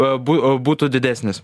a bu būtų didesnis